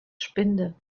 spinde